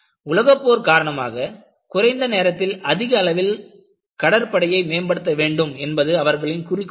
உலகப் போர் காரணமாக குறைந்த நேரத்தில் அதிக அளவில் கடற்படையை மேம்படுத்த வேண்டும் என்பது அவர்களின் குறிக்கோள் ஆகும்